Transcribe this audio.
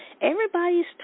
everybody's